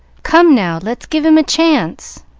come now, let's give him a chance,